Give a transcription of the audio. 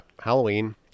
Halloween